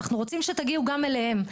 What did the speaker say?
אנחנו רוצים שתגיעו גם אליהם.